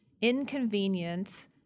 inconvenience